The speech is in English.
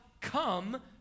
come